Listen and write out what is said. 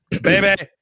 Baby